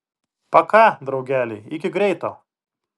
paka draugeliai iki greito